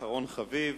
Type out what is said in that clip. אחרון חביב,